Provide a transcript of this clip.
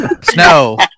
Snow